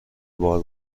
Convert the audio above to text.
بار